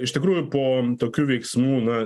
iš tikrųjų po tokių veiksmų na